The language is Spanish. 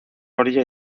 orilla